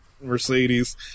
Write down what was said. Mercedes